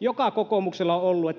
joka kokoomuksella on ollut että